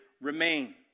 remain